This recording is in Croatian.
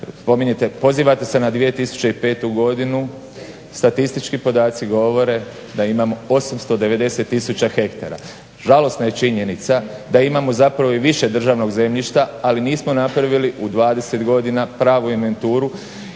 Spominjete, pozivate se na 2005. godinu, statistički podaci govore da imam 890 000 hektara. Žalosna je činjenica da imamo zapravo i više državnog zemljišta ali nismo napravili u 20 godina pravu inventuru